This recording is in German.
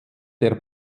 der